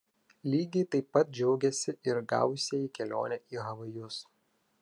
lygiai taip pat džiaugėsi ir gavusieji kelionę į havajus